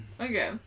Okay